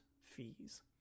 fees